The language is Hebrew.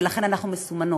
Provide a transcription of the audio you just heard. ולכן אנחנו מסומנות.